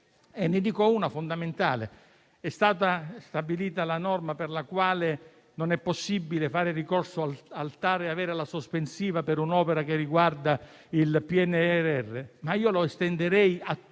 Ne cito una fondamentale. È stata stabilita la norma per la quale non è possibile fare ricorso al TAR e avere la sospensiva per un'opera che riguarda il PNRR. Ebbene,